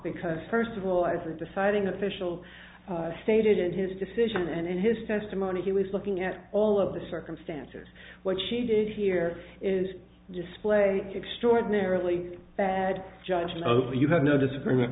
because first of all eyes are deciding official stated in his decision and in his testimony he was looking at all of the circumstances what she did here is display extraordinarily bad judgment over you have no disagreement